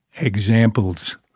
examples